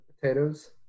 Potatoes